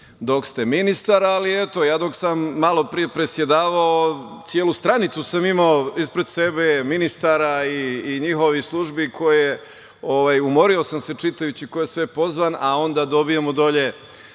dok ste ministar. Eto, ja dok sam malopre predsedavao celu stranicu sam imao ispred sebe ministara i njihovih službi, umorio sam se čitajući ko je sve pozvan, a onda dobijemo dole